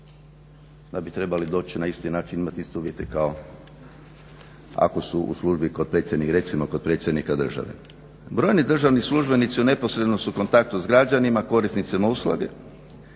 da bi trebali doći na isti način, imati iste uvjete kao ako su u službi kod predsjednika, recimo kod predsjednika države. Brojni državni službenici u neposrednom su kontaktu sa građanima korisnicima usluge,